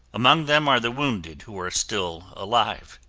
among them are the wounded who are still alive.